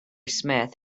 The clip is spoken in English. smith